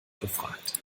befragt